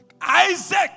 Isaac